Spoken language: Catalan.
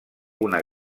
una